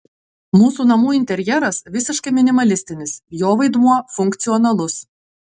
mūsų namų interjeras visiškai minimalistinis jo vaidmuo funkcionalus